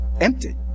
empty